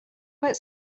what